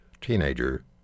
teenager